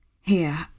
Here